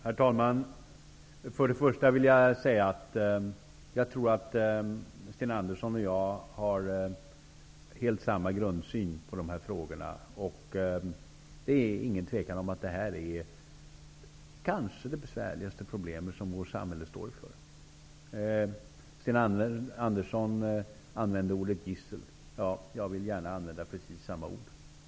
Herr talman! Först och främst vill jag säga att jag tror att Sten Andersson i Malmö och jag har helt samma grundsyn i dessa frågor. Det råder inget tvivel om att det här nog är det besvärligaste problemet som vårt samhälle står inför. Sten Andersson använde ordet gissel. Ja, jag vill gärna använda precis samma ord.